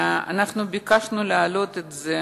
אנחנו ביקשנו להעלות את זה